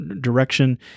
direction